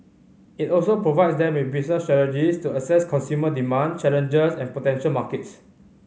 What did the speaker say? it also provides them with business strategies to assess consumer demand challenger and potential markets